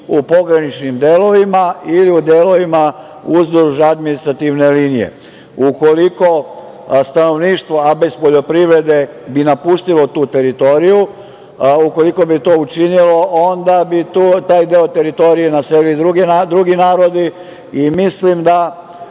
u pograničnim delovima ili u delovima uzduž administrativne linije. Ukoliko stanovništvo, a bez poljoprivrede, bi napustilo tu teritoriju, ukoliko bi to učinilo, onda bi taj deo teritorije naselili drugi narodi i mislim da